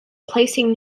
placing